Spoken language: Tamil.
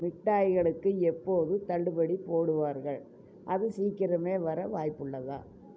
மிட்டாய்களுக்கு எப்போது தள்ளுபடி போடுவார்கள் அது சீக்கிரமே வர வாய்ப்புள்ளதா